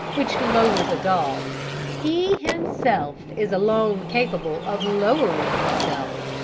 which lowers a dog he himself is alone capable of lowering himself,